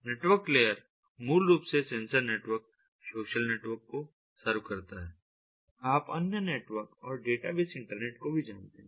network layer मूल रूप से सेंसर नेटवर्क सोशल नेटवर्क को सर्व करता है आप अन्य नेटवर्क और डेटा बेस इंटरनेट को भी जानते हैं